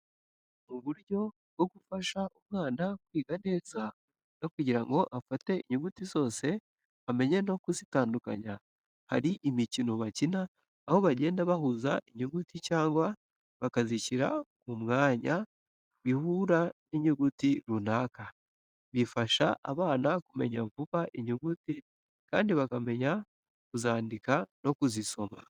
Mu buryo bwo gufasha uh mwana kwiga neza no kugirango afate inyuguti zose amenye no kuzitandukanya, hari imikino bakina aho bagenda bahuza inyuguti cyangwa bazishyira mu mwanya bihura n'inyuguti runaka. Bifasha abana kumenya vhba inhhguti kandi bakamenya kuzanduka no kuzisoma.